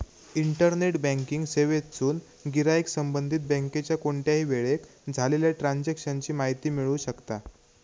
internet banking सेवेतसून गिराईक संबंधित बँकेच्या कोणत्याही वेळेक झालेल्या ट्रांजेक्शन ची माहिती मिळवू शकता